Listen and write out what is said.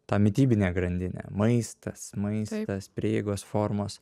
tą mitybinę grandinę maistas maistas prieigos formos